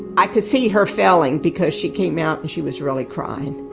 i could see her failing because she came out, and she was really crying.